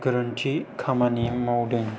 गोरोन्थि खामानि मावदों